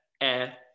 air